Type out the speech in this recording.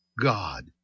God